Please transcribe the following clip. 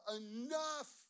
enough